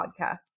podcast